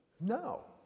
No